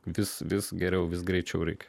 vis vis geriau vis greičiau reikia